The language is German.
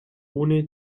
ohne